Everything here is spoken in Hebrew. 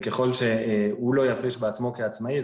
וככל שהוא לא יפריש בעצמו כעצמאי,